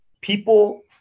people